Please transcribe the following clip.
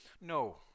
No